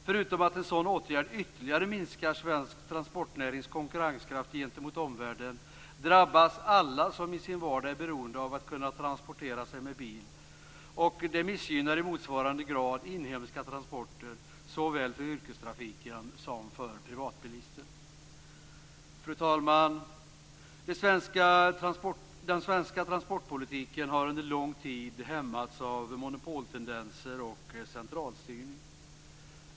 Förutom att en sådan åtgärd ytterligare minskar svensk transportnärings konkurrenskraft gentemot omvärlden drabbas alla som i sin vardag är beroende av att kunna transportera sig med bil, och det missgynnar i motsvarande grad inhemska transporter, såväl för yrkestrafiken som för privatbilister. Fru talman! Den svenska transportpolitiken har under lång tid hämmats av monopoltendenser och centralstyrning.